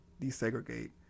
desegregate